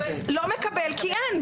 הוא לא מקבל כי אין.